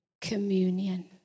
communion